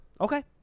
Okay